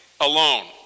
alone